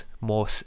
more